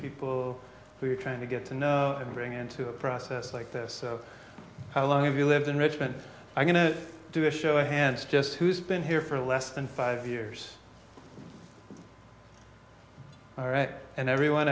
people who are trying to get to know and bring into a process like this how long have you lived in richmond i'm going to do a show of hands just who's been here for less than five years all right and everyone